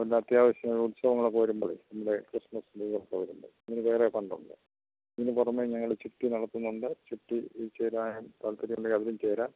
വല്ല അത്യാവശ്യം ഉത്സവങ്ങളൊക്കെ വരുമ്പോഴേ നമ്മുടെ ക്രിസ്മസ് ന്യൂ ഇയറൊക്കെ വരുമ്പോൾ അതിനു വേറെ ഫണ്ടുണ്ട് ഇതിനു പുറമേ ഞങ്ങൾ ചിട്ടി നടത്തുന്നുണ്ട് ചിട്ടി ചേരാൻ താൽപ്പര്യമുണ്ടെങ്കിലതിലും ചേരാം